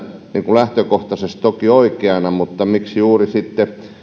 lähtökohtaisesti toki oikeana mutta miksi juuri sitten